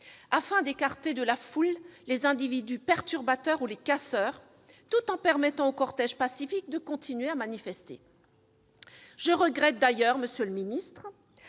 afin d'écarter de la foule les individus perturbateurs ou les casseurs, tout en permettant aux cortèges pacifiques de continuer à manifester. Je regrette d'ailleurs, monsieur le secrétaire